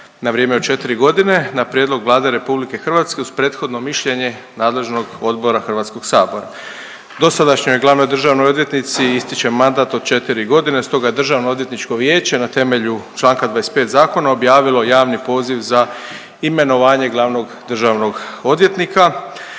na vrijeme od četri godine na prijedlog Vlade RH uz prethodno mišljenje nadležnog odbora HS-a. Dosadašnjoj glavnoj državnoj odvjetnici ističe mandat od četiri godine, stoga je DOV na temelju čl. 25. zakona objavilo javni poziv za imenovanje glavnog državnog odvjetnika